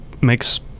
makes